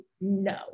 no